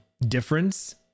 difference